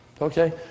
Okay